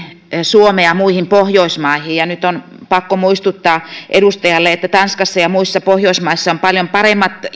suomea muihin pohjoismaihin nyt on pakko muistuttaa edustajalle että tanskassa ja muissa pohjoismaissa on paljon paremmat